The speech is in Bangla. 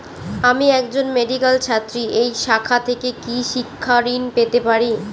আমি একজন মেডিক্যাল ছাত্রী এই শাখা থেকে কি শিক্ষাঋণ পেতে পারি?